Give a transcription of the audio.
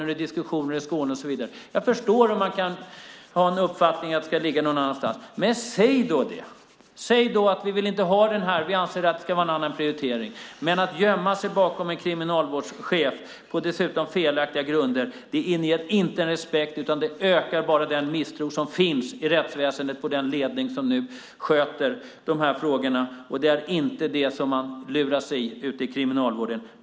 Det är diskussioner i Skåne och så vidare. Jag förstår att man kan ha uppfattningen att det ska ligga någon annanstans. Men säg då det! Säg att ni inte vill ha den där utan anser att det ska vara en annan prioritering! Att gömma sig bakom en kriminalvårdschef, dessutom på felaktiga grunder, inger inte respekt utan ökar bara den misstro som finns inom rättsväsendet mot den ledning som nu sköter de här frågorna. Man låter sig inte luras av detta ute i Kriminalvården.